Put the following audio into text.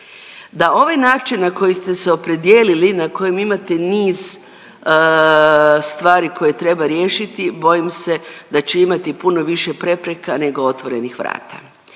da ovaj način na koji ste se opredijelili na kojem imate niz stvari koje treba riješiti, bojim se da će imati puno više prepreka nego otvorenih vrata.